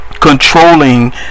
controlling